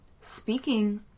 speaking